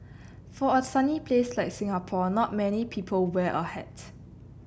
for a sunny place like Singapore not many people wear a hat